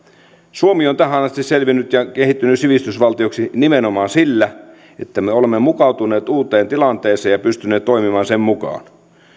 suomi on tähän asti selvinnyt ja kehittynyt sivistysvaltioksi nimenomaan sillä että me olemme mukautuneet uuteen tilanteeseen ja pystyneet toimimaan sen mukaan